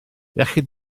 iechyd